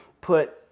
put